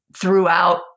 throughout